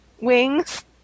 wings